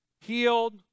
healed